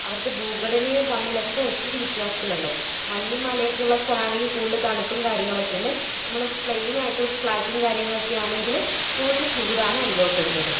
അവിടുത്തെ ഭൂഘടനയും തമ്മിലൊക്കെ ഒത്തിരി വ്യത്യാസത്തിലുണ്ട് മഞ്ഞും മലയും ഒക്കെയുള്ള സ്ഥലമാണെങ്കിൽ കൂടുതൽ തണുപ്പും കാര്യങ്ങളൊക്കെ ഉണ്ട് നമ്മൾ പ്ലെയിൻ ആയിട്ടുള്ള ഫ്ലാറ്റും കാര്യങ്ങളൊക്കെ ആണെങ്കിൽ കൂടുതൽ ചൂടാണ് അനുഭവപ്പെടുന്നത്